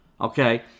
okay